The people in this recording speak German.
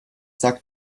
sagt